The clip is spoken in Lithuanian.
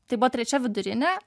tai buvo trečia vidurinė